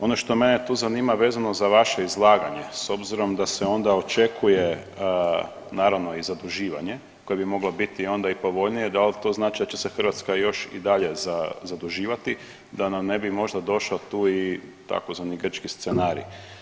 Ono što mene tu zanima vezano za vaše izlaganje, s obzirom da se onda očekuje naravno i zaduživanje koje bi moglo biti onda i povoljnije, dal to znači da će se Hrvatska još i dalje zaduživati da nam ne bi možda došao tu i tzv. grčki scenarij?